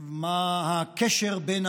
מה הקשר בין